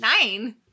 nine